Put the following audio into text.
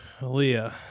Aaliyah